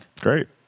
Great